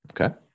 okay